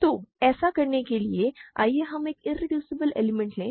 तो ऐसा करने के लिए आइए हम एक इरेड्यूसिबल एलिमेंट लें